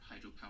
hydropower